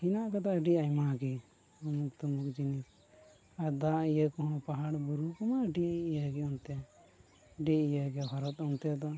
ᱦᱮᱱᱟᱜ ᱟᱠᱟᱫᱟ ᱟᱹᱰᱤ ᱟᱭᱢᱟᱜᱮ ᱩᱢᱩᱠ ᱛᱩᱢᱩᱠ ᱡᱤᱱᱤᱥ ᱟᱨ ᱫᱟᱜ ᱤᱭᱟᱹ ᱠᱚᱦᱚᱸ ᱯᱟᱦᱟᱲ ᱵᱩᱨᱩ ᱠᱚᱢᱟ ᱟᱹᱰᱤ ᱤᱭᱟᱹᱜᱮ ᱚᱱᱛᱮ ᱟᱹᱰᱤ ᱤᱭᱟᱹᱜᱮ ᱦᱚᱨ ᱫᱚ ᱚᱱᱛᱮ ᱫᱚ